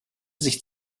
sich